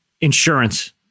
insurance